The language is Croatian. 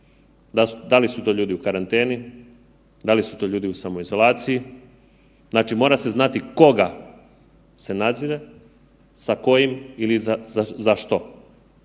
da li su to ljudi u karanteni, da li su to ljudi u samoizolaciji, znači mora se znati koga se nadzire, sa kojim ili za što.